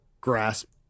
grasp